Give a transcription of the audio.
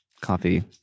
Coffee